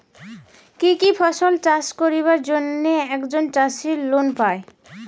কি কি ফসল চাষ করিবার জন্যে একজন চাষী লোন পায়?